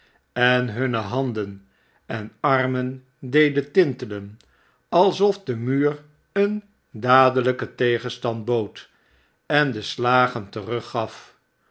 en hunne handen en armen deden tintelen alsof de muur een dadelnken tegenstand bood en de slagen teruggaf